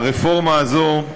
הרפורמה הזאת,